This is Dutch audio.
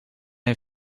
een